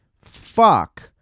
fuck